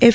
F